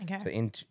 Okay